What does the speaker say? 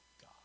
God